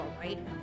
right